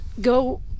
go